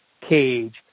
cage